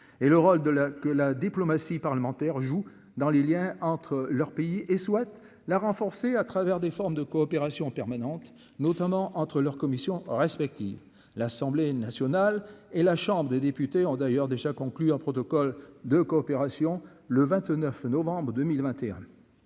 et le rôle de la que la diplomatie parlementaire joue dans les Liens entre leur pays et souhaitent la renforcer. à travers des formes de coopération permanente, notamment entre leurs commissions respectives, l'Assemblée nationale et la Chambre des députés ont d'ailleurs déjà conclu un protocole de coopération le 29 novembre 2021,